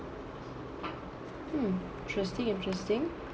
mm interesting interesting